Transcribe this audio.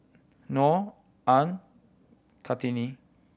Noh Ain Kartini